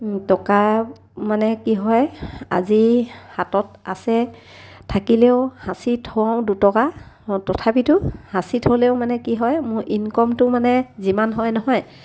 টকা মানে কি হয় আজি হাতত আছে থাকিলেও সাঁচি থওঁ দুটকা তথাপিতো সাঁচি থ'লেও মানে কি হয় মোৰ ইনকমটো মানে যিমান হয় নহয়